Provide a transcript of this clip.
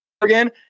Again